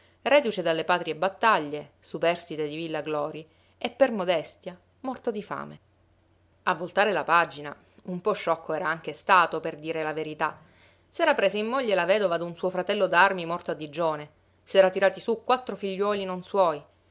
reduce dalle patrie battaglie superstite di villa glori e per modestia morto di fame a voltare la pagina un po sciocco era anche stato per dire la verità s'era presa in moglie la vedova d'un suo fratello d'armi morto a digione s'era tirati su quattro figliuoli non suoi